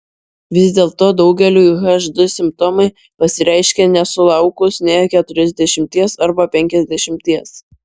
vis dėlto daugeliui hd simptomai pasireiškia nesulaukus nė keturiasdešimties arba penkiasdešimties